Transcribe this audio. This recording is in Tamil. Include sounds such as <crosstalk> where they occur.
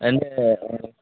ரெண்டு <unintelligible>